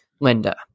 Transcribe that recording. Linda